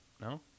No